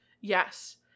Yes